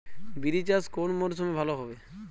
বিরি চাষ কোন মরশুমে ভালো হবে?